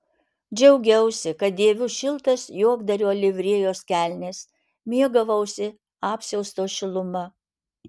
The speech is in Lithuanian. džiaugiausi kad dėviu šiltas juokdario livrėjos kelnes mėgavausi apsiausto šiluma